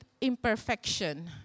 imperfection